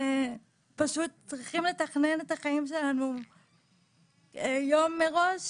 ופשוט צריכים לתכנן את החיים שלנו יום מראש